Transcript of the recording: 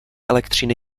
elektřiny